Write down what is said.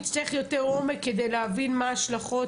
נצטרך יותר עומק כדי להבין מה ההשלכות,